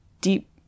deep